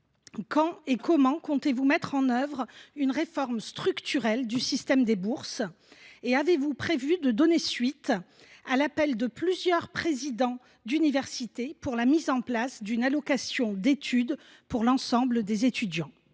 quand et comment comptez vous mettre en œuvre une réforme structurelle du système des bourses ? Avez vous prévu de donner suite à l’appel de plusieurs présidents d’université pour la mise en place d’une allocation d’études pour l’ensemble des étudiants ?